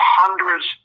hundreds